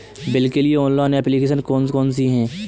Bill के लिए online application कौन कौन सी हैं?